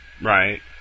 Right